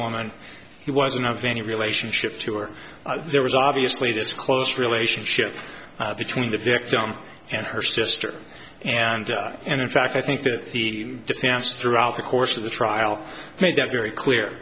woman he wasn't of any relationship to or there was obviously this close relationship between the victim and her sister and and in fact i think that the defense throughout the course of the trial made that very clear